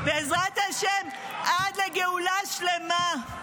בעזרת השם עד הגאולה השלמה.